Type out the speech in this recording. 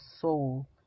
soul